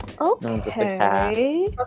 Okay